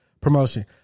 promotion